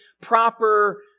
proper